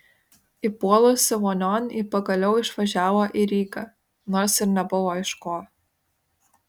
įpuolusi vonion ji pagaliau išvažiavo į rygą nors ir nebuvo iš ko